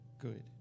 good